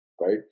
right